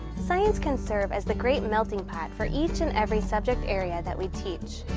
science can serve as the great melting pot for each and every subject area that we teach.